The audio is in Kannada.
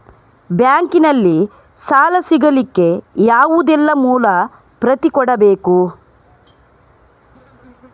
ಬ್ಯಾಂಕ್ ನಲ್ಲಿ ಸಾಲ ಸಿಗಲಿಕ್ಕೆ ಯಾವುದೆಲ್ಲ ಮೂಲ ಪ್ರತಿ ಕೊಡಬೇಕು?